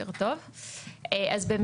תודה.